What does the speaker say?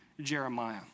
Jeremiah